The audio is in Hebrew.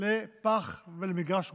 לפח ולמגרש גרוטאות.